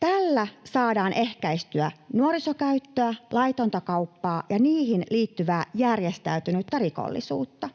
Tällä saadaan ehkäistyä nuorisokäyttöä, laitonta kauppaa ja niihin liittyvää järjestäytynyttä rikollisuutta.